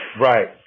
right